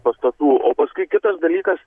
pastatų o paskui kitas dalykas